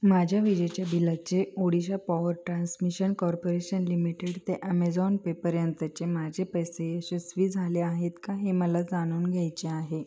माझ्या विजेच्या बिलाचे Odisha power transmission corporation limited ते ॲमेझॉन पेपर्यंतचे माझे पैसे यशस्वी झाले आहेत का हे मला जाणून घ्यायचे आहे